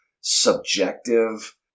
subjective